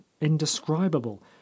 indescribable